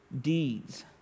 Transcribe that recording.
deeds